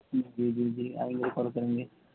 جی جی آئیں گے تو کال کریں گے